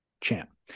champ